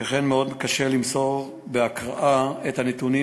שכן מאוד קשה למסור בהקראה את הנתונים,